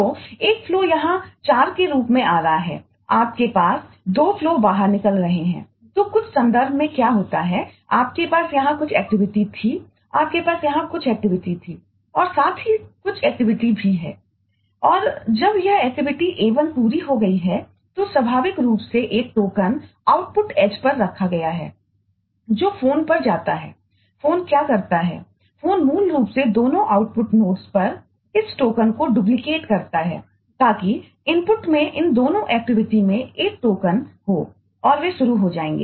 तो एक फ्लोहो और वे शुरू हो जाएंगे